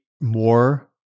more